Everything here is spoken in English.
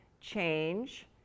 change